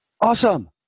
awesome